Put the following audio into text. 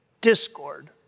discord